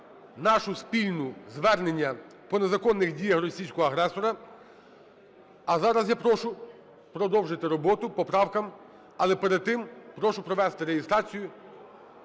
наше спільне звернення по незаконних діях російського агресора. А зараз я прошу продовжити роботу по правкам. Але перед тим прошу провести реєстрацію